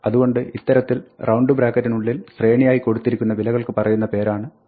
അതുകൊണ്ട് ഇത്തരത്തിൽ റൌണ്ട് ബ്രാക്കറ്റിനുള്ളിൽ ശ്രേണിയായി കൊടുത്തിരിക്കുന്ന വിലകൾക്ക് പറയുന്ന പേരാണ് ടുപിൾ